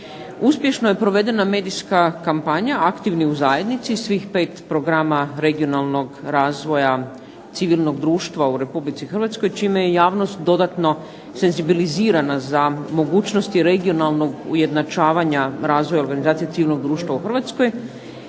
Uspješno je provedena medijska kampanja "Aktivni u Zajednici" svih pet programa regionalnog razvoja civilnog društva u Republici Hrvatskoj čime je javnost dodatno senzibilizirana za mogućnosti regionalnog ujednačavanja razvoja organizacije civilnog društva u Hrvatskoj